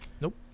Nope